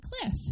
cliff